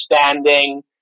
understanding